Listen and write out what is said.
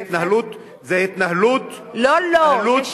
זו התנהלות, לא, לא.